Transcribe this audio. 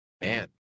Man